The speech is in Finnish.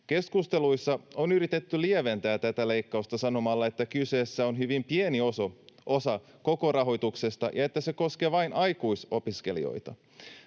Keskusteluissa on yritetty lieventää tätä leikkausta sanomalla, että kyseessä on hyvin pieni osa koko rahoituksesta ja että se koskee vain aikuisopiskelijoita.